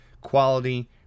quality